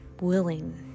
willing